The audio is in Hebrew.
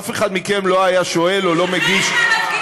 אף אחד מכם לא היה שואל או לא מגיש שאילתה.